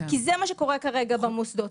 כי זה מה שקורה כרגע במוסדות.